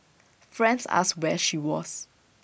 friends asked where she was